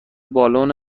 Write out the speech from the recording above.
بالن